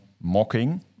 mocking